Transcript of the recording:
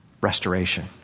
Restoration